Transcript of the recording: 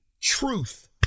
truth